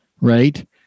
right